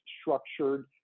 structured